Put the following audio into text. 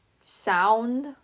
sound